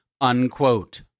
unquote